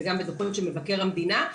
וגם בדו"חות של מבקר המדינה,